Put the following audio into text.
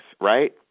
Right